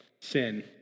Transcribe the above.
sin